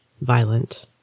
violent